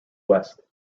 west